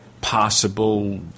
possible